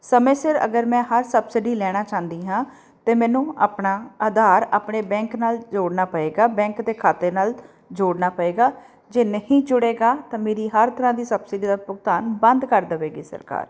ਸਮੇਂ ਸਿਰ ਅਗਰ ਮੈਂ ਹਰ ਸਬਸਿਡੀ ਲੈਣਾ ਚਾਹੁੰਦੀ ਹਾਂ ਤਾਂ ਮੈਨੂੰ ਆਪਣਾ ਆਧਾਰ ਆਪਣੇ ਬੈਂਕ ਨਾਲ ਜੋੜਨਾ ਪਏਗਾ ਬੈਂਕ ਦੇ ਖਾਤੇ ਨਾਲ ਜੋੜਨਾ ਪਏਗਾ ਜੇ ਨਹੀਂ ਜੁੜੇਗਾ ਤਾਂ ਮੇਰੀ ਹਰ ਤਰ੍ਹਾਂ ਦੀ ਸਬਸਿਡੀ ਦਾ ਭੁਗਤਾਨ ਬੰਦ ਕਰ ਦੇਵੇਗੀ ਸਰਕਾਰ